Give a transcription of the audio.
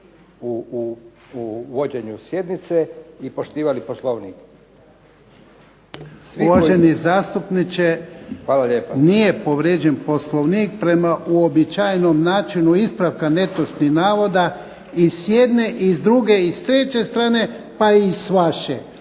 u vođenju sjednice i poštivali Poslovnik. **Jarnjak, Ivan (HDZ)** Uvaženi zastupniče nije povrijeđen Poslovnik prema uobičajenom načinu ispravka netočnih navoda i s jedne, i s druge, i s treće strane pa i s vaše.